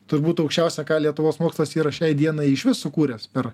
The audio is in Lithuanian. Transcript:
turbūt aukščiausia ką lietuvos mokslas yra šiai dienai išvis sukūręs per